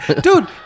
Dude